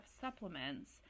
supplements